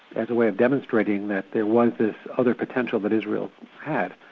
as a way of demonstrating that there was this other potential that israel had.